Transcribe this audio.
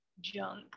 junk